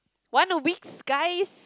one of weeks guys